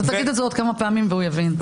אתה תגיד את זה עוד כמה פעמים והוא יבין.